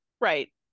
right